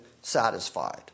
satisfied